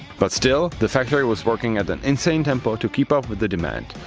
but still, the factory was working at an insane tempo to keep up with the demand.